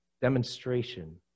demonstration